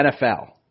nfl